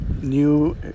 new